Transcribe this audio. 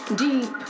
deep